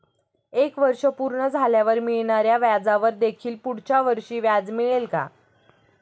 एक वर्ष पूर्ण झाल्यावर मिळणाऱ्या व्याजावर देखील पुढच्या वर्षी व्याज मिळेल का?